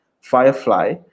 Firefly